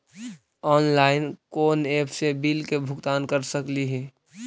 Online कोन app से bill के भुगतान कर सकली ही?